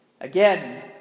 Again